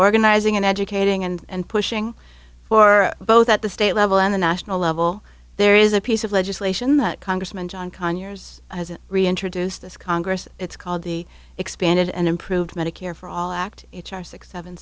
organizing and educating and pushing for both at the state level and the national level there is a piece of legislation that congressman john conyers has reintroduced this congress it's called the expanded and improved medicare for all act h r six seven